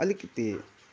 अलिकति